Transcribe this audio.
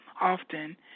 often